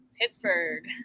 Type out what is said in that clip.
Pittsburgh